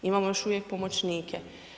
Imamo još uvijek pomoćnike.